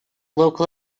local